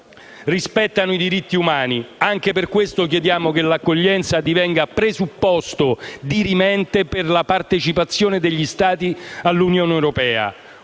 rispettano i diritti umani. Anche per questo chiediamo che l'accoglienza divenga presupposto dirimente per la partecipazione degli Stati all'Unione europea.